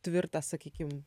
tvirtą sakykim